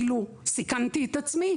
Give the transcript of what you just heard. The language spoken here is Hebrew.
סיכנתי את עצמי?